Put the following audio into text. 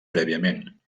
prèviament